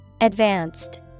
advanced